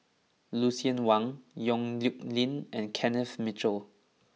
Lucien Wang Yong Nyuk Lin and Kenneth Mitchell